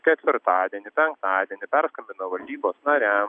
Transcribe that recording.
ketvirtadienį penktadienį perskambino valdybos nariams